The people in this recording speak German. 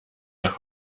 nach